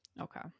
okay